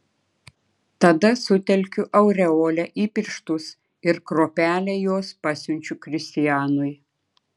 tada sutelkiu aureolę į pirštus ir kruopelę jos pasiunčiu kristianui